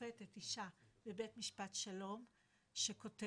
שופטת אישה, בבית משפט השלום שכותבת